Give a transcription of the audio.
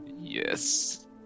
yes